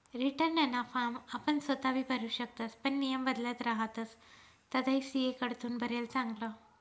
रीटर्नना फॉर्म आपण सोताबी भरु शकतस पण नियम बदलत रहातस तधय सी.ए कडथून भरेल चांगलं